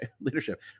leadership